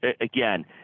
Again